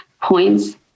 points